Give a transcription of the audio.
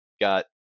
got